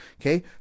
Okay